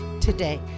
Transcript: today